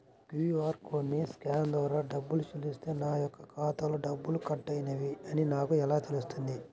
QR కోడ్ని scan ద్వారా డబ్బులు చెల్లిస్తే నా యొక్క ఖాతాలో డబ్బులు కట్ అయినవి అని నాకు ఎలా తెలుస్తుంది?